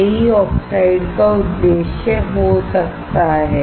यही ऑक्साइड का उद्देश्य हो सकता है